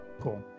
Cool